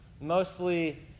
mostly